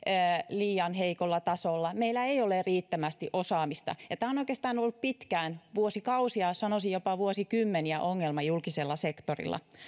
liian heikolla tasolla meillä ei ole riittävästi osaamista ja tämä on oikeastaan ollut pitkään vuosikausia sanoisin jopa vuosikymmeniä ongelma julkisella sektorilla